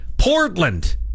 Portland